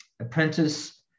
apprentice